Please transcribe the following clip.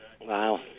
wow